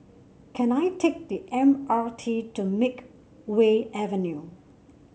can I take the M R T to Makeway Avenue